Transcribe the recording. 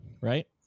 right